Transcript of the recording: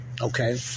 okay